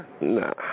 Nah